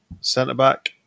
centre-back